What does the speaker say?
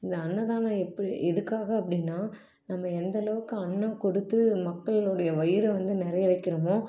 இந்த அன்னதானம் எப்போ எதுக்காக அப்படின்னா நம்ம எந்த அளவுக்கு அன்னம் கொடுத்து மக்களினுடைய வயிறை வந்து நிறைய வைக்கிறோமோ